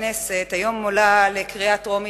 בסדר-היום, רבותי.